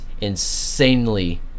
insanely